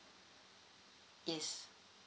yes